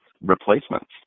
replacements